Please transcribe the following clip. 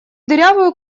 дырявую